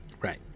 Right